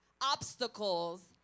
obstacles